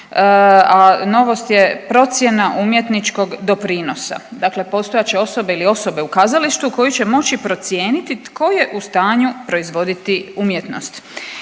a novost je procjena umjetničkog doprinosa. Dakle, postojat će osoba ili osobe u kazalištu koje će moći procijeniti tko je u stanju proizvoditi umjetnost.